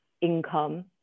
income